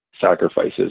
sacrifices